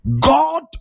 God